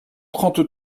trente